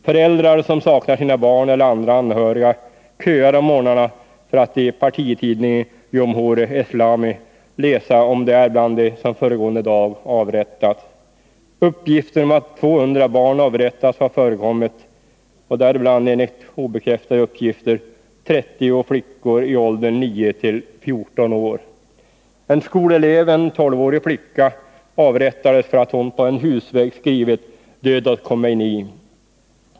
Föräldrar som saknar sina barn eller andra anhöriga köar om morgnarna för att i partitidningen Jomhouri Eslami läsa om de är bland dem som föregående dag avrättats. Uppgifter om att 200 barn avrättats har förekommit, däribland enligt obekräftade uppgifter 30 flickor i åldern 9 till 14 år. En skolelev, en 12-årig flicka, avrättades för att hon på en husvägg skrivit ”död åt Khomeini”.